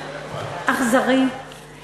אכזרי, אכזרי.